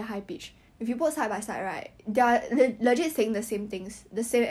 he looks late twenties like 二十八那种 eh 很热 leh